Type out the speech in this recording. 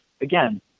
Again